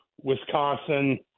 Wisconsin